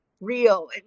real